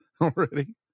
already